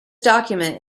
document